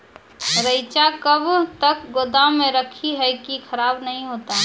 रईचा कब तक गोदाम मे रखी है की खराब नहीं होता?